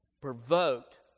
provoked